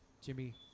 Jimmy